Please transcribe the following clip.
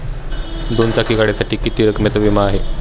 दोन चाकी गाडीसाठी किती रकमेचा विमा आहे?